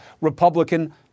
Republican